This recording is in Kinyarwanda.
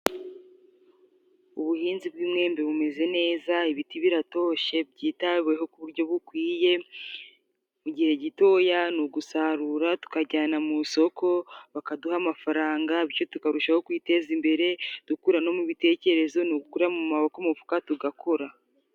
Ubuhinzi bw'imyembe bumeze neza, ibiti biratoshe, byitawe ho ku buryo bukwiye, mu gihe gitoya ni ugusarura tukajyana mu isoko bakaduha amafaranga, bityo tukarusha ho kwiteza imbere, dukura no mu bitekerezo, ni ugukura mu maboko mu mufuka tugakora.